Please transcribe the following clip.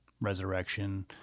Resurrection